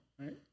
right